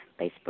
Facebook